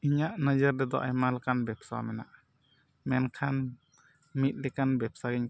ᱤᱧᱟᱹᱜ ᱱᱚᱡᱚᱨ ᱨᱮᱫᱚ ᱟᱭᱢᱞᱟ ᱞᱮᱠᱟᱱ ᱵᱮᱵᱽᱥᱟ ᱢᱮᱱᱟᱜᱼᱟ ᱢᱮᱱᱠᱷᱟᱱ ᱢᱤᱫ ᱞᱮᱠᱟᱱ ᱵᱮᱵᱽᱥᱟ ᱜᱮᱧ ᱠᱩᱥᱤᱭᱟᱜᱼᱟ